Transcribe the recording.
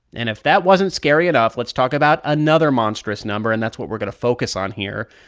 and if that wasn't scary enough, let's talk about another monstrous number, and that's what we're going to focus on here.